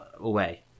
away